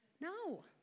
No